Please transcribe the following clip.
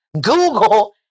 Google